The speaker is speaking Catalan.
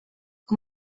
com